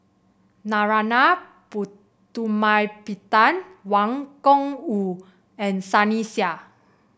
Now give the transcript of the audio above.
Narana Putumaippittan Wang Gungwu and Sunny Sia